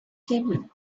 table